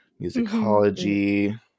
musicology